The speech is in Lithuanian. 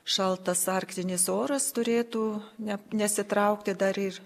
šaltas arktinis oras turėtų ne nesitraukti dar ir